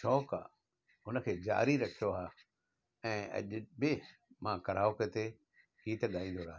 शौक़ु आहे हुन खे ज़ारी रखियो आहे ऐं अॼ बि मां कराओके ते थो गाईंदो रहां थो